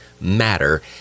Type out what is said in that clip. matter